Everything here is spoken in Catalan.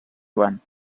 joan